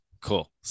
cool